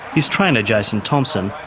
his trainer, jason thompson,